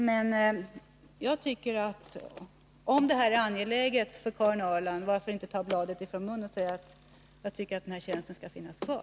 Men om de här frågorna är angelägna för Karin Ahrland, varför då inte ta bladet från munnen och säga: Jag tycker att den här tjänsten skall finnas kvar.